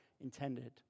intended